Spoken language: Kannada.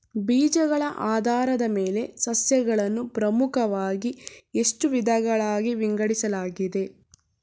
ಬೀಜಗಳ ಆಧಾರದ ಮೇಲೆ ಸಸ್ಯಗಳನ್ನು ಪ್ರಮುಖವಾಗಿ ಎಷ್ಟು ವಿಧಗಳಾಗಿ ವಿಂಗಡಿಸಲಾಗಿದೆ?